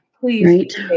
please